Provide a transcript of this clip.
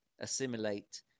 assimilate